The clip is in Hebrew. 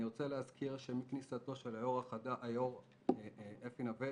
אני רוצה להזכיר שמכניסתו של היו"ר אפי נווה